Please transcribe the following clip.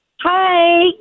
Hi